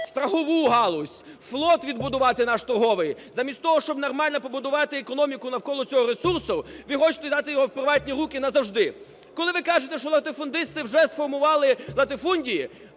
страхову галузь, флот відбудувати наш торговий, замість того, щоб нормально побудувати нормальну економіку навколо цього ресурсу, ви хочете дати його в приватні руки назавжди. Коли ви кажете, що латифундисти вже сформували латифундії,